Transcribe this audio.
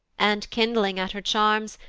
and, kindling at her charms,